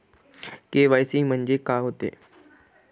KYC म्हंनजे का होते?